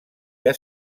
que